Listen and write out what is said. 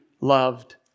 loved